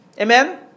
Amen